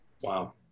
Wow